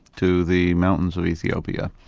to the mountains of ethiopia.